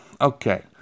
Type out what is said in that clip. Okay